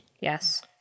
Yes